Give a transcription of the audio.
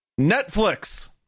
Netflix